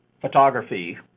photography